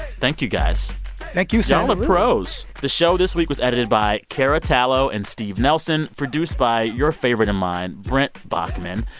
thank you, guys thank you y'all are pros. the show this week was edited by cara tallo and steve nelson, produced by your favorite and mine, brent baughman.